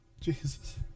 Jesus